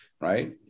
right